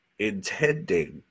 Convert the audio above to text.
intending